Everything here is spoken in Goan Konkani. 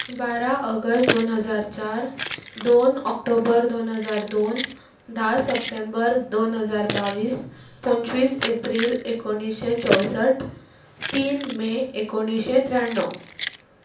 बारा ऑगस्ट दोन हजार चार दोन ऑक्टोबर दोन हजार दोन धा सप्टेंबर दोन हजार बावीस पंचवीस एप्रील एकोणीशे चौसठ तीन मे एकोणीशे त्र्याण्णव